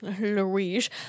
Louise